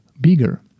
bigger